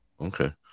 okay